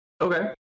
Okay